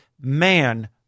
man